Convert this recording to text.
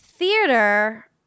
theater